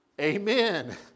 Amen